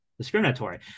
discriminatory